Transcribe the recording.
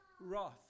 wrath